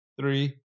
Three